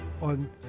on